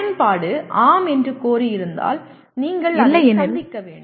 பயன்பாடு ஆம் என்று கோரியிருந்தால் நீங்கள் அதை சந்திக்க வேண்டும்